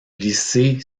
lycée